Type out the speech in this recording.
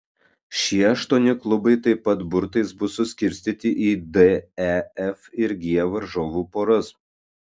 šie aštuoni klubai taip pat burtais bus suskirstyti į d e f ir g varžovų poras